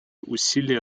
усилия